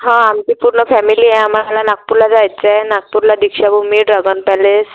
हां आमची पूर्ण फॅमिली आहे आम्हाला नागपूरला जायचं आहे नागपूरला दीक्षाभूमी ड्रगन पॅलेस